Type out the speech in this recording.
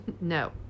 No